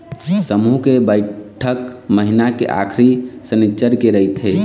समूह के बइठक महिना के आखरी सनिच्चर के रहिथे